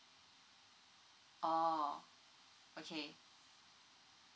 oh okay